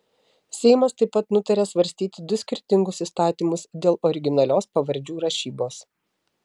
seimas taip pat nutarė svarstyti du skirtingus įstatymus dėl originalios pavardžių rašybos